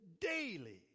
daily